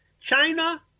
China